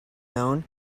known